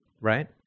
right